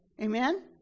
Amen